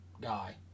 guy